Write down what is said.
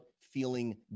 feeling